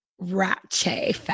Ratchet